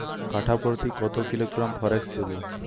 কাঠাপ্রতি কত কিলোগ্রাম ফরেক্স দেবো?